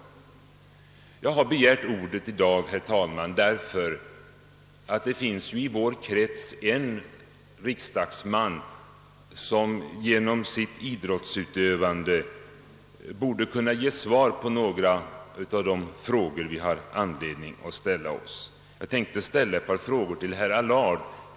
Jag har begärt ordet i dag, herr talman, därför att i vår krets finns en riksdagsman som borde kunna ge svar på några av de frågor som vi har anledning att ställa till idrottsrörelsen. Jag hade tänkt ställa några frågor till herr Allard.